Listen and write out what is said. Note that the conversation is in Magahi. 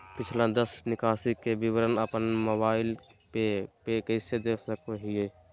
पिछला दस निकासी के विवरण अपन मोबाईल पे कैसे देख सके हियई?